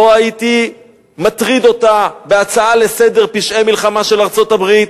לא הייתי מטריד אותה בהצעה לסדר-היום: פשעי מלחמה של ארצות-הברית.